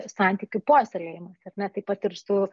santykių puoselėjimas ar ne taip pat ir su